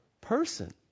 person